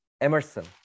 Emerson